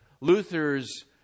Luther's